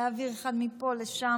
להעביר מפה לשם,